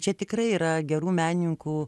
čia tikrai yra gerų menininkų